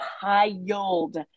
piled